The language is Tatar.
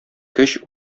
көч